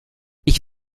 ich